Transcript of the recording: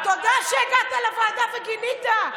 תודה שהגעת לוועדה וגינית.